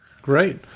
Great